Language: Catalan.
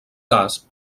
cas